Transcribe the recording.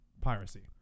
piracy